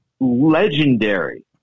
legendary